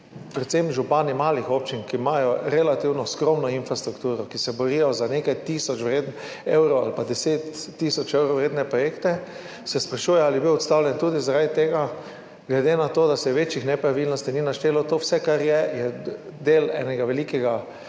predvsem župani malih občin, ki imajo relativno skromno infrastrukturo, ki se borijo za nekaj tisoč evrov ali pa 10 tisoč evrov vredne projekte, sprašujejo, ali je bil odstavljen tudi zaradi tega, glede na to, da se večjih nepravilnosti ni naštelo. To vse, kar je, je del enega velikega,